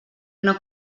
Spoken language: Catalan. una